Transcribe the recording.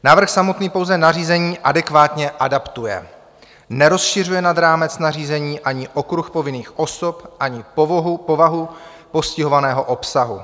Návrh samotný pouze nařízení adekvátně adaptuje, nerozšiřuje nad rámec nařízení ani okruh povinných osob, ani povahu postihovaného obsahu.